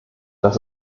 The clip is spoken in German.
dass